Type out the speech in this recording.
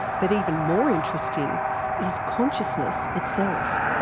but even more interesting is consciousness itself.